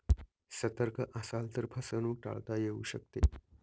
सतर्क असाल तर फसवणूक टाळता येऊ शकते